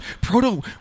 Proto